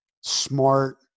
smart